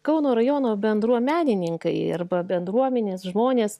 kauno rajono bendruomenininkai arba bendruomenės žmonės